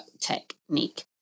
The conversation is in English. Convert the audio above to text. technique